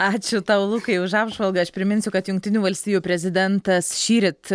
ačiū tau lukai už apžvalgą aš priminsiu kad jungtinių valstijų prezidentas šįryt